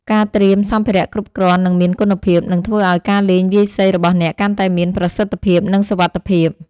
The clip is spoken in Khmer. ការត្រៀមសម្ភារៈគ្រប់គ្រាន់ និងមានគុណភាព នឹងធ្វើឱ្យការលេងវាយសីរបស់អ្នកកាន់តែមានប្រសិទ្ធភាព និងសុវត្ថិភាព។